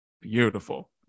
Beautiful